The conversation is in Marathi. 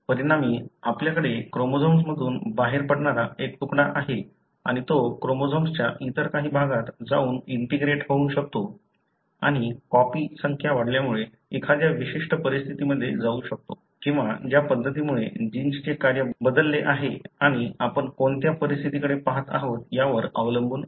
परिणामी आपल्याकडे क्रोमोझोम्स मधून बाहेर पडणारा एक तुकडा आहे आणि तो क्रोमोझोम्सच्या इतर काही भागात जाऊन इंटिग्रेट होऊ शकतो आणि कॉपी संख्या वाढल्यामुळे एखाद्या विशिष्ट परिस्थितीमध्ये जाऊ शकतो किंवा ज्या पद्धतीमुळे जिन्सचे कार्य बदलले आहे आणि आपण कोणत्या परिस्थितीकडे पहात आहात यावर अवलंबून आहे